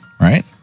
right